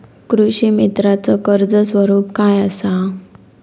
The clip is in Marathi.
कृषीमित्राच कर्ज स्वरूप काय असा?